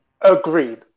Agreed